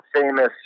famous